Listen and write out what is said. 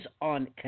on